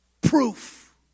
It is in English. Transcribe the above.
proof